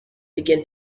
began